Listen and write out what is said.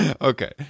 Okay